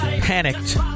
panicked